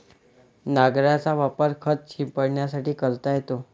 नांगराचा वापर खत शिंपडण्यासाठी करता येतो